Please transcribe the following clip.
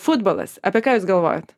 futbolas apie ką jūs galvojat